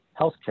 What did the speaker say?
healthcare